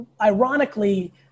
ironically